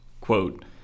Quote